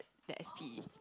that s_p